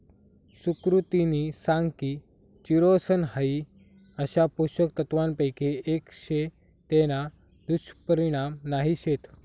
सुकृतिनी सांग की चिरोसन हाई अशा पोषक तत्वांपैकी एक शे तेना दुष्परिणाम नाही शेत